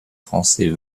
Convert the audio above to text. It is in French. françois